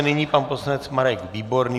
Nyní pan poslanec Marek Výborný.